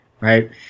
right